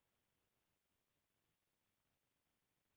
पूंजी के का मतलब हे?